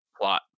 plot